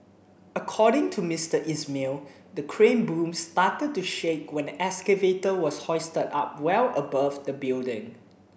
according to Mister Ismail the crane boom started to shake when the excavator was hoisted up well above the building